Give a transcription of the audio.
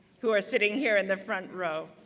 who are sitting here in the front row